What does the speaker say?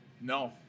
no